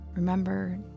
Remember